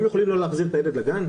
הם יכולים לא להחזיר את הילד לגן?